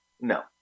no